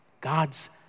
God's